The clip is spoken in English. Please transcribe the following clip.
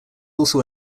also